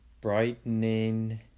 brightening